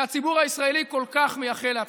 שהציבור הישראלי כל כך מייחל להצלחתו,